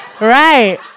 Right